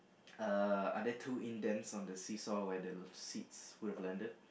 uh are there two indents on the see saw where the seats would have landed